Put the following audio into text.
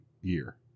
year